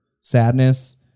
sadness